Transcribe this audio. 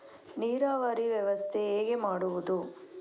ನೀರಾವರಿ ವ್ಯವಸ್ಥೆ ಹೇಗೆ ಮಾಡುವುದು?